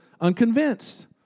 unconvinced